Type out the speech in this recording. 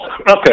okay